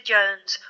Jones